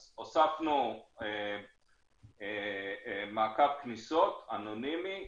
אז הוספנו מעקב כניסות אנונימי,